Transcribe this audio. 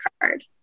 card